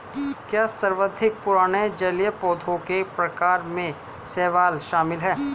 क्या सर्वाधिक पुराने जलीय पौधों के प्रकार में शैवाल शामिल है?